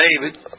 David